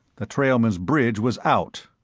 the trailmen's bridge was out.